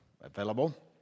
available